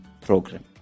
program